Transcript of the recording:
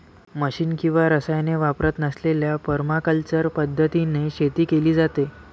machine किंवा रसायने वापरत नसलेल्या परमाकल्चर पद्धतीने शेती केली जाते